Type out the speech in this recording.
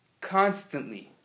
constantly